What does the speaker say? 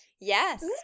Yes